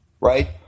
Right